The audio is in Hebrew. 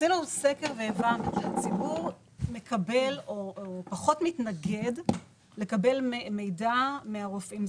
עשינו סקר והבנו שהציבור מקבל או פחות מתנגד לקבל מידע מרופאים.